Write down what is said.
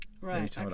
Right